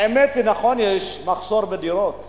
האמת היא, נכון, יש מחסור בדירות.